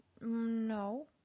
No